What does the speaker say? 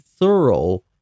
thorough